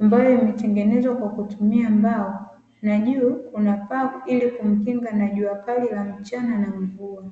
ambayo imetengenezwa kwa kutumia mbao na juu kuna paa ili kumkinga na jua kali la mchana na mvua.